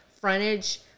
frontage